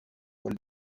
walt